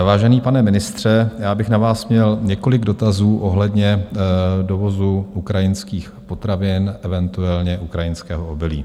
Vážený pane ministře, já bych na vás měl několik dotazů ohledně dovozu ukrajinských potravin, eventuálně ukrajinského obilí.